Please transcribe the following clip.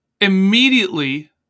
immediately